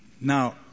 Now